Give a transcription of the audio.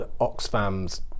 Oxfam's